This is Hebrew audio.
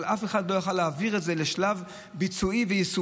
אבל אף אחד לא היה יכול להעביר את זה לשלב ביצועי ויישומי,